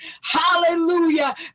hallelujah